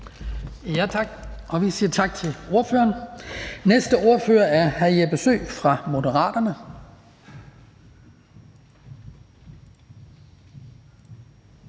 Skibby): Vi siger tak til ordføreren. Næste ordfører er hr. Jeppe Søe fra Moderaterne.